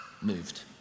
moved